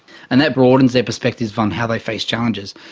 and that broadens their perspective on how they face challenges.